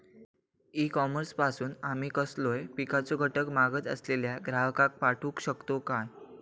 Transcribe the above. E commerce पासून आमी कसलोय पिकाचो घटक मागत असलेल्या ग्राहकाक पाठउक शकतू काय?